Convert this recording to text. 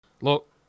Look